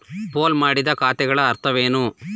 Pool ಮಾಡಿದ ಖಾತೆಗಳ ಅರ್ಥವೇನು?